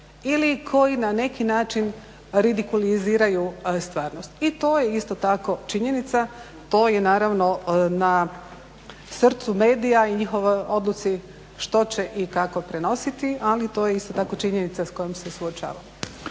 ili koji na neki način ridikuliziraju stvarnost. I to je isto tako činjenica, to je naravno srcu medija i njihovoj odluci što će i kako prenositi. Ali to je isto tako činjenica s kojom se suočavamo.